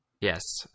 yes